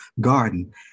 garden